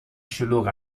شلوغ